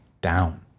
down